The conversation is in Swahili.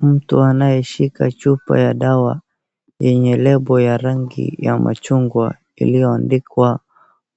Mtu anayeshika chupa ya ndawa yenye label ya rangi ya machungwa iliyoandikwa